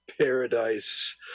paradise